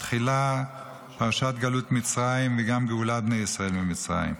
מתחילה פרשת גלות מצרים וגם גאולת בני ישראל ממצרים.